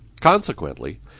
Consequently